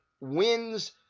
wins